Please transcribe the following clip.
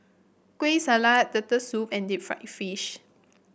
Kueh Salat Turtle Soup and Deep Fried Fish